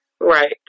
Right